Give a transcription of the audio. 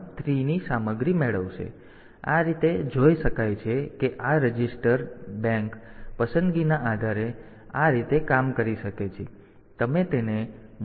તેથી આ રીતે જોઈ શકાય છે કે આ રજીસ્ટર્ડ બેંક પસંદગીના આધારે તમે તેને આ રીતે કરી શકો છો